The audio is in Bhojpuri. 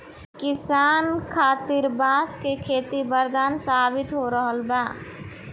किसान खातिर बांस के खेती वरदान साबित हो रहल बा